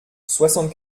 soixante